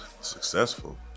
successful